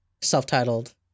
self-titled